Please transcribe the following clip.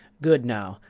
good now,